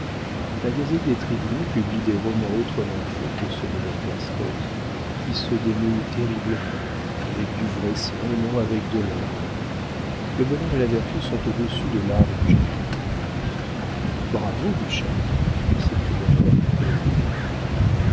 la gazette des tribunaux publie des romans autrement faits que ceux de walter scott qui se dénouent terriblement avec du vrai sang et non avec de l'encre le bonheur et la vertu sont au-dessus de l'art et du génie bravo butscha s'écria madame latournelle